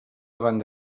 davant